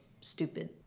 stupid